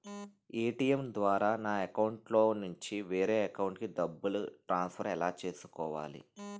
ATM ద్వారా నా అకౌంట్లోనుంచి వేరే అకౌంట్ కి డబ్బులు ట్రాన్సఫర్ ఎలా చేసుకోవాలి?